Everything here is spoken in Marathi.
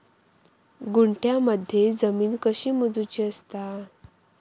गुंठयामध्ये जमीन कशी मोजूची असता?